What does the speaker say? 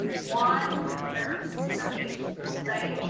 one nurse for each school site.